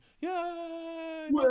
Yay